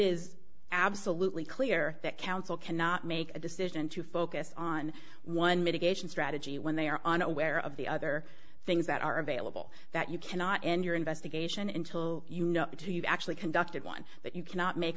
is absolutely clear that counsel cannot make a decision to focus on one mitigation strategy when they are unaware of the other things that are available that you cannot endure investigation into you know the two you actually conducted one but you cannot make